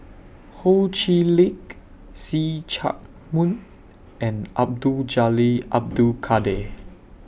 Ho Chee Lick See Chak Mun and Abdul Jalil Abdul Kadir